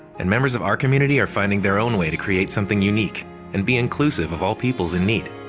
and, members of our community are finding their own way to create something unique and be inclusive of all peoples in need.